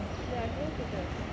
ya home tutor